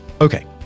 Okay